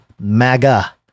maga